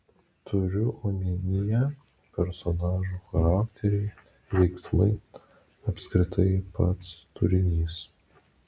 turiu omenyje personažų charakteriai veiksmai apskritai pats turinys